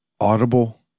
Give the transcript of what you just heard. audible